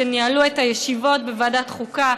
שניהלו את הישיבות בוועדת חוקה,